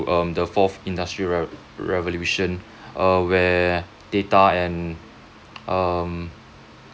um the fourth industrial re~ revolution err where data and um